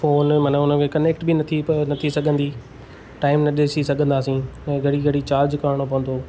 phone माना हुन में कनैक्ट बि न थी पए नथी सघंदी टाइम न ॾिसी सघंदासीं ऐं घणी घणी चार्ज करिणो पवंदो